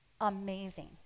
Amazing